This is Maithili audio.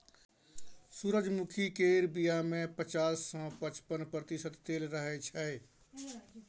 सूरजमुखी केर बीया मे पचास सँ पचपन प्रतिशत तेल रहय छै